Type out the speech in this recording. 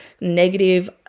negative